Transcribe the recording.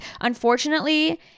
Unfortunately